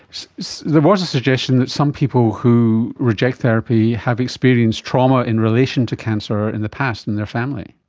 there was a suggestion that some people who reject therapy have experienced trauma in relation to cancer in the past in their family.